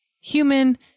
human